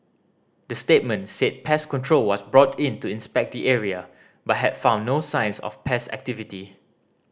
the statement said pest control was brought in to inspect the area but had found no signs of pest activity